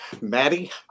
Maddie